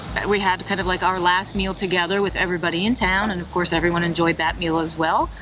we had kind of like our last meal together with everybody in town and of course everyone enjoyed that meal as well.